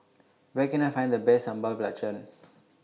Where Can I Find The Best Sambal Belacan